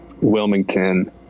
Wilmington